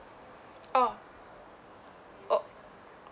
oh orh